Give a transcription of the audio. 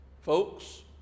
Folks